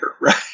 right